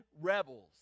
rebels